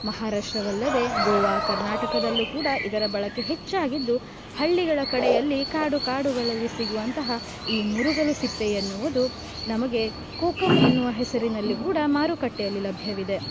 ಮಹಾರಾಷ್ಟ್ರವಲ್ಲದೇ ಗೋವಾ ಕರ್ನಾಟಕದಲ್ಲೂ ಕೂಡ ಇದರ ಬಳಕೆ ಹೆಚ್ಚಾಗಿದ್ದು ಹಳ್ಳಿಗಳ ಕಡೆಯಲ್ಲಿ ಕಾಡು ಕಾಡುಗಳಲ್ಲಿ ಸಿಗುವಂತಹ ಈ ಮುರುಗಲು ಸಿಪ್ಪೆ ಎನ್ನುವುದು ನಮಗೆ ಕೋಕಮ್ ಎನ್ನುವ ಹೆಸರಿನಲ್ಲಿ ಕೂಡ ಮಾರುಕಟ್ಟೆಯಲ್ಲಿ ಲಭ್ಯವಿದೆ